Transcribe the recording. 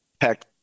tech